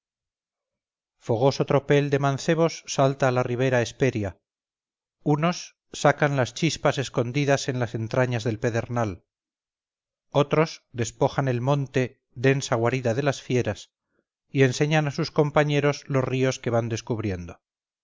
fogoso tropel de mancebos salta a la ribera hesperia unos sacan las chispas escondidas en las entrañas del pedernal otros despojan el monte densa guarida de las fieras y enseñan a sus compañeros los ríos que van descubriendo